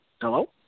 Hello